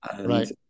right